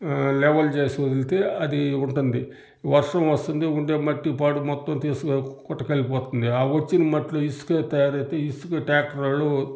level చేసి వదిలితే అది ఉంటుంది వర్షం వస్తుంది ఉండే మట్టి పాడు మొత్తం తీసు కొట్టకెళ్లుపోతుంది ఆ వచ్చిన మట్టిలో ఇసుక తయారైతే ఇసుక టాక్టరోళ్ళు